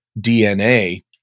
DNA